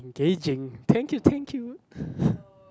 engaging thank you thank you